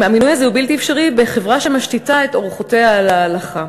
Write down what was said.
המינוי הזה הוא בלתי אפשרי בחברה שמשתיתה את אורחותיה על ההלכה.